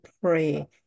pray